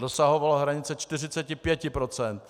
Dosahovalo hranice 45 %.